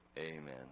Amen